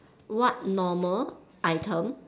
what normal item